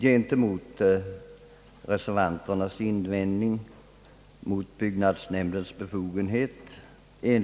I reservation II har invändningar framförts mot byggnadsnämnds befogenhet.